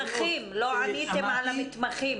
לא עניתם על המתמחים.